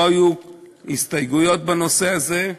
לא היו הסתייגויות בנושא הזה,